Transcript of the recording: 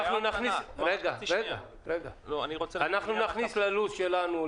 אנחנו נכניס ללו"ז שלנו,